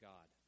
God